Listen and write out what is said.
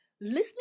Listening